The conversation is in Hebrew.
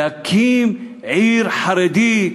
להקים עיר חרדית,